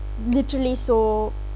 literally so